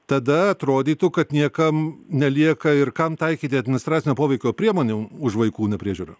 tada atrodytų kad niekam nelieka ir kam taikyti administracinio poveikio priemonių už vaikų nepriežiūrą